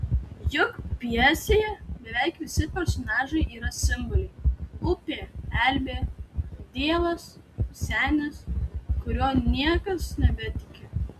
juk pjesėje beveik visi personažai yra simboliai upė elbė dievas senis kuriuo niekas nebetiki